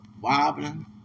wobbling